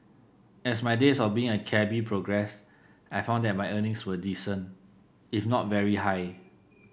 as my days of being a cabby progressed I found that my earnings were decent if not very high